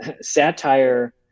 satire